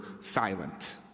silent